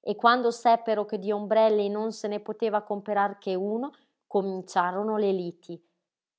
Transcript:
e quando seppero che di ombrelli non se ne poteva comperar che uno cominciarono le liti